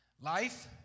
life